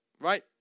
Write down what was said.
Right